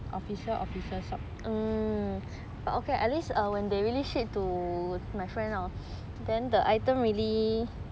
the official official shop